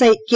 I K